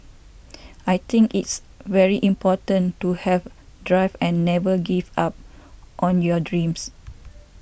I think it's very important to have drive and never give up on your dreams